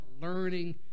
learning